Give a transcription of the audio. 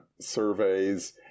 surveys